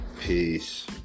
Peace